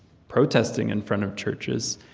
protesting in front of churches,